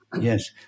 yes